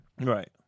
Right